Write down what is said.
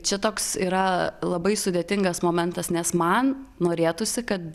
čia toks yra labai sudėtingas momentas nes man norėtųsi kad